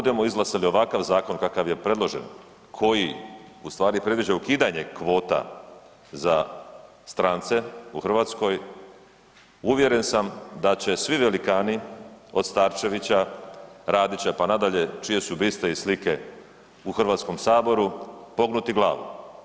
Ako budemo izglasali ovakav zakon kakav je predložen, koji ustvari predviđa ukidanje kvota za strance u Hrvatskoj, uvjeren sam da će svi velikani, od Starčevića, Radića, pa nadalje, čije su biste i slike u Hrvatskome saboru, pognuti glavu.